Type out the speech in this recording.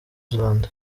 zealand